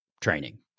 training